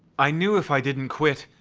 i knew if i didn't quit,